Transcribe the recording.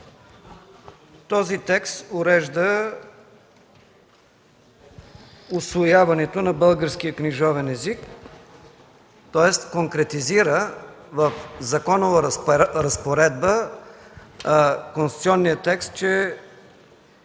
този текст урежда усвояването на българския книжовен език, тоест конкретизира в законова разпоредба конституционния текст, че